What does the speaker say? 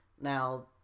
now